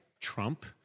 Trump